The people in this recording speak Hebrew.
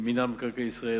מינהל מקרקעי ישראל,